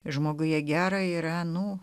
žmoguje gera yra nu